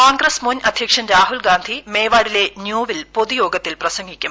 കോൺഗ്രസ് മുൻ അധ്യക്ഷൻ രാഹുൽ ഗാന്ധി മേവാഡിലെ ന്യൂവിൽ പൊതുയോഗത്തിൽ പ്രസംഗിക്കും